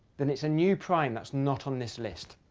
then it's a new prime that's not on this list.